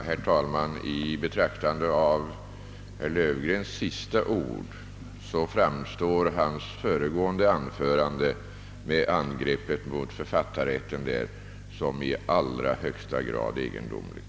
Herr talman! Efter herr Löfgrens senaste ord :framstår hans föregående anförande med angreppet mot författar rätten som i allra högsta grad egendomligt.